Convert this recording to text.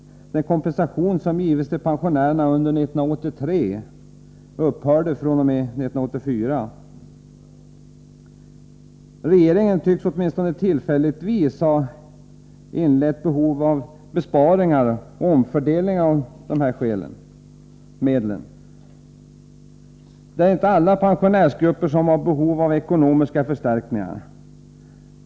Den kompensation som givits till pensionärerna under 1983 upphörde fr.o.m. 1984. Regeringen tycks åtminstone tillfälligtvis ha insett behovet av besparingar och omfördelningar av dessa medel. Det är inte alla pensionärsgrupper som har behov av ekonomiska förstärkningar.